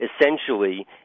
essentially